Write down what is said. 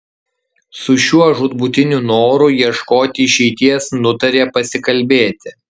su šiuo žūtbūtiniu noru ieškoti išeities nutarė pasikalbėti